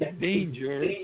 danger